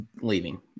leaving